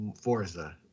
forza